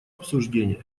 обсуждения